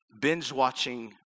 binge-watching